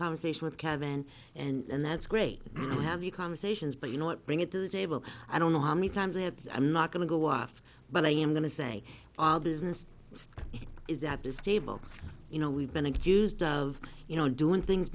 conversation with kevin and that's great to have you conversations but you know what bring it to the table i don't know how many times i have i'm not going to go off but i am going to say business is at this table you know we've been accused of you know doing things